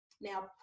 Now